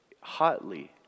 hotly